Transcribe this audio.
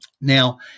Now